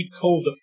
cold